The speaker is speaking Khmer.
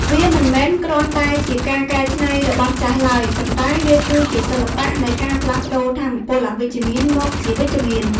វាមិនមែនគ្រាន់តែជាការកែច្នៃរបស់ចាស់ឡើយ ប៉ុន្តែវាគឺជាសិល្បៈនៃការផ្លាស់ប្តូរថាមពលអវិជ្ជមានមកជាវិជ្ជមាន។